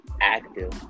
active